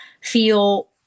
feel